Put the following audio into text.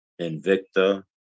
Invicta